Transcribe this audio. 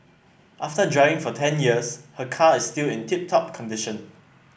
after driving for ten years her car is still in tip top condition